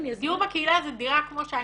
דיור בקהילה זה דירה כמו שאני גרה.